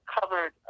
covered